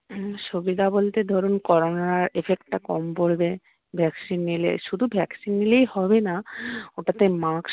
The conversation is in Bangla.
সুবিধা বলতে ধরুন করোনার এফেক্টটা কম পড়বে ভ্যাকসিন নিলে শুধু ভ্যাকসিন নিলেই হবে না ওটাতে মাস্ক